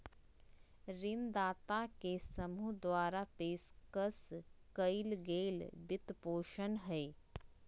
ऋणदाता के समूह द्वारा पेशकश कइल गेल वित्तपोषण हइ